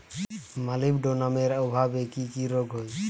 মলিবডোনামের অভাবে কি কি রোগ হয়?